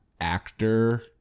actor